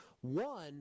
one